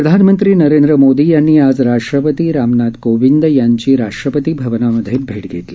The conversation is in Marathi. प्रधानमंत्री नरेंद्र मोदी यांनी आज राष्ट्रपती रामनाथ कोविंद यांची राष्ट्रपतीभवनात भेट घेतली